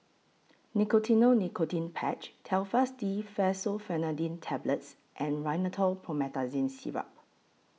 Nicotinell Nicotine Patch Telfast D Fexofenadine Tablets and Rhinathiol Promethazine Syrup